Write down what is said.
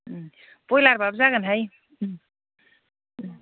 उम बयलारबाबो जागोनहाय उम उम